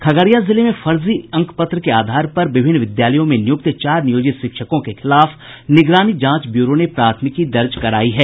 खगड़िया जिले में फर्जी अंक पत्र के आधार पर विभिन्न विद्यालयों में नियुक्त चार नियोजित शिक्षकों के खिलाफ निगरानी जांच ब्यूरो ने प्राथमिकी दर्ज करायी है